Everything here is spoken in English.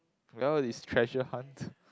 well is treasure hunt